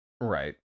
Right